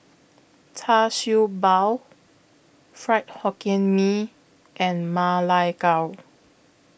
Char Siew Bao Fried Hokkien Mee and Ma Lai Gao